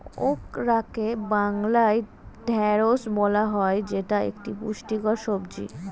ওকরাকে বাংলায় ঢ্যাঁড়স বলা হয় যেটা একটি পুষ্টিকর সবজি